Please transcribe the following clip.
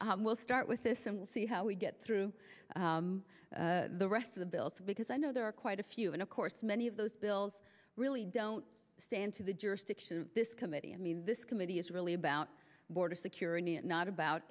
we'll start with this and we'll see how we get through the rest of the bill to because i know there are quite a few and of course many of those bills really don't stand to the jurisdiction of this committee i mean this committee is really about border security and not about